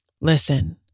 Listen